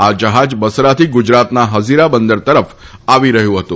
આ જહાજ બસરાથી ગુજરાતના હજીરા બંદર તરફ આવી રહ્યું હતું